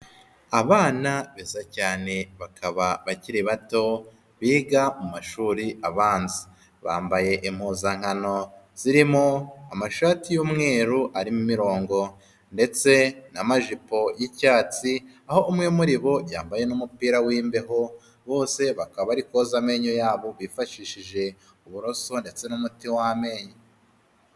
Abana beza cyane bakaba bakiri bato, biga mu mashuri abanza, bambaye impuzankano zirimo amashati y'umweru ari imirongo, ndetse n'amajipo y'icyatsi, aho umwe muri bo yambaye n'umupira w'imbeho, bose bakaba bari koza amenyo yabo bifashishije uburoso ndetse n'umuti w'amenyo.